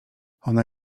ona